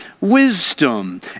wisdom